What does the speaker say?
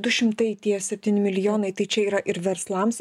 du šimtai tie septyni milijonai tai čia yra ir verslams